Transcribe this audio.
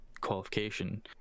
qualification